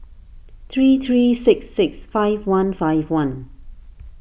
three three six six five one five one